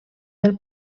del